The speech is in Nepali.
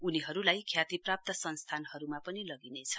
उनीहरुलाई ख्यातिप्राप्त संस्थानहरुमा पनि लगिनेछ